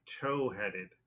toe-headed